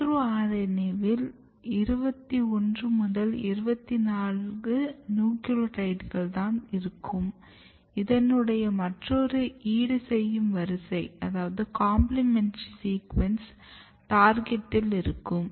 micro RNA வில் 21 24 நியூகிளியோடைட்கள் தான் இருக்கும் இதனுடைய மற்றொரு ஈடுசெய்யும் வரிசை டார்கெட்டில் இருக்கும்